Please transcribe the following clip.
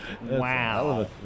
Wow